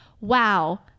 wow